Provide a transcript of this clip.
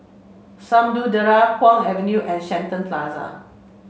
Samudera Kwong Avenue and Shenton Plaza